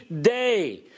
day